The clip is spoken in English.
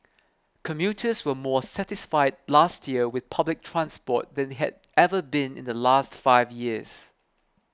commuters were more satisfied last year with public transport than they had ever been in the last five years